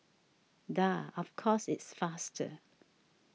duh of course it's faster